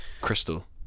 Crystal